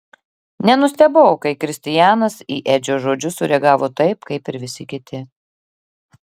nenustebau kai kristianas į edžio žodžius sureagavo taip kaip ir visi kiti